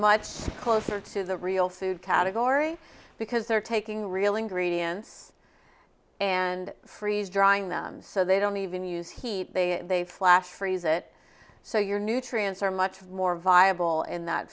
much closer to the real food category because they're taking reeling greedy ends and freeze drying them so they don't even use heat they they flash freeze it so your nutrients are much more viable in that